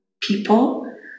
people